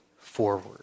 forward